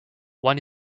one